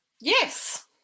yes